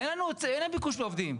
אין לנו ביקוש לעובדים.